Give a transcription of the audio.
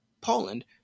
Poland